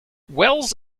wells